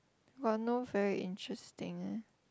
got no very interesting